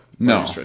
No